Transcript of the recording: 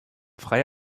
freie